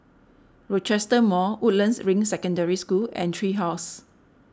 Rochester Mall Woodlands Ring Secondary School and Tree House